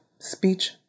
speech